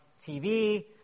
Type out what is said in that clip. TV